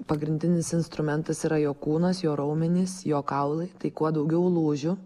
pagrindinis instrumentas yra jo kūnas jo raumenys jo kaulai tai kuo daugiau lūžių